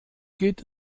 geht